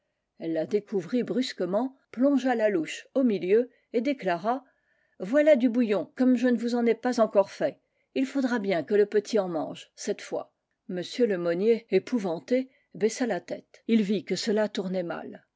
elle la découvrit brusquement plongea la louche au milieu et déclara voilà du bouillon comme je ne vous en ai pas encore fait il faudra bien que le petit en mange cette fois m lemonnier épouvanté baissa la tête il vit que cela tournait mal